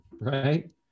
right